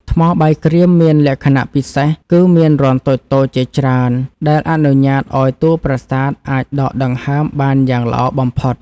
ថ្មបាយក្រៀមមានលក្ខណៈពិសេសគឺមានរន្ធតូចៗជាច្រើនដែលអនុញ្ញាតឱ្យតួប្រាសាទអាចដកដង្ហើមបានយ៉ាងល្អបំផុត។